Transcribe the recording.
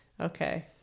okay